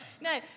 No